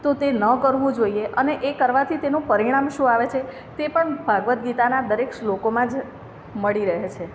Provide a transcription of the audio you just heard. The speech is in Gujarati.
તો તે ન કરવું જોઈએ અને એ કરવાથી તેનું પરિણામ શું આવે છે તે પણ ભાગવદ ગીતાના દરેક શ્લોકોમાં જ મળી રહે છે